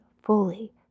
fully